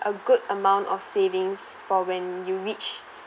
a good amount of savings for when you reach